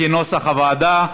כנוסח הוועדה.